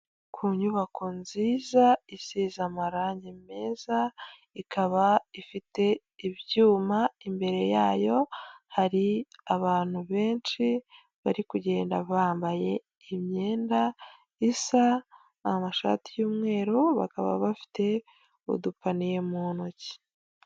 Ku nyubako nziza isize amarangi meza ikaba ifite ibyuma imbere yayo hari abantu benshi bari kugenda bambaye imyenda isa amashati y'umweru bakaba bafite udupaniye mu ntoki.